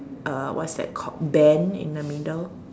uh what's that called bend in the middle